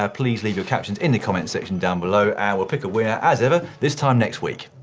ah please leave your captions in the comments section down below, and we'll pick a winner as ever, this time next week.